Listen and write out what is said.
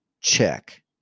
check